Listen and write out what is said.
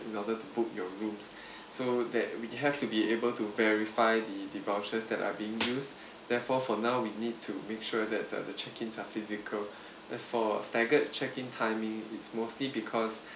in order to book your rooms so that we have to be able to verify the the vouchers that are being used therefore for now we need to make sure that the the check ins are physical as for staggered check in timing it's mostly because